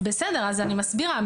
בסדר, אז אני מסבירה.